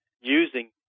using